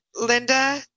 Linda